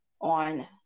on